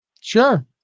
Sure